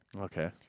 Okay